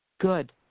Good